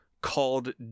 called